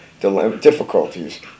difficulties